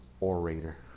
orator